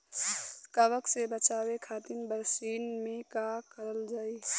कवक से बचावे खातिन बरसीन मे का करल जाई?